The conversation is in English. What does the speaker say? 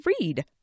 read